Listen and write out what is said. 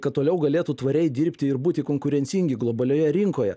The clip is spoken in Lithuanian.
kad toliau galėtų tvariai dirbti ir būti konkurencingi globalioje rinkoje